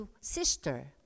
sister